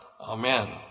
Amen